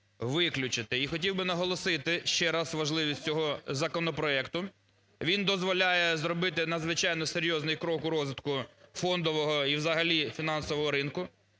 виключити. І хотів би наголосити, ще раз важливість цього законопроекту. Він дозволяє зробити надзвичайно серйозний крок у розвитку фондового і взагалі фінансового ринку.